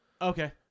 Okay